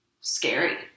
Scary